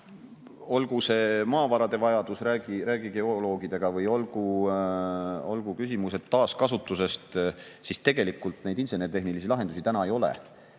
olgu see maavarade vajadus – räägi geoloogidega – või olgu küsimused taaskasutusest, tegelikult neid insener-tehnilisi lahendusi täna ei ole.